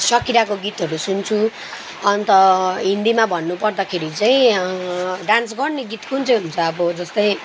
सकिराको गीतहरू सुन्छु अन्त हिन्दीमा भन्नु पर्दाखेरि चाहिँ डान्स गर्ने गीत कुन चाहिँ हुन्छ अब जस्तै